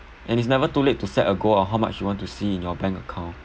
and it's never too late to set a goal of how much you want to see in your bank account